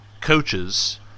coaches